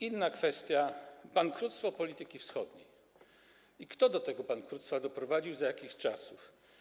Inna kwestia: bankructwo polityki wschodniej i kto do tego bankructwa doprowadził, za jakich czasów.